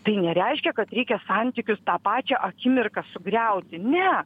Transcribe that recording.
tai nereiškia kad reikia santykius tą pačią akimirką sugriauti ne